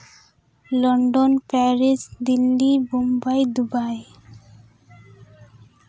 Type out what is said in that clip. London Paris Delhi Mumbai Dubai